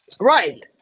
Right